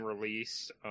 release